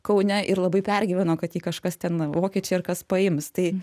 kaune ir labai pergyveno kad jį kažkas ten vokiečiai ar kas paims tai